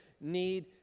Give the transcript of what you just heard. need